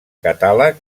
catàleg